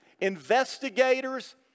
investigators